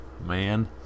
man